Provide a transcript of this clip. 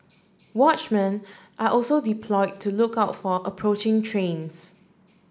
watchmen are also deploy to look out for approaching trains